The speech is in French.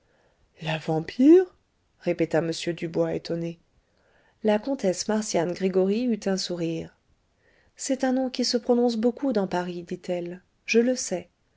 la vampire répéta m dubois étonné la comtesse marcian gregoryi eut un sourire c'est un nom qui se prononce beaucoup dans paris dit-elle je le sais